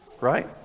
Right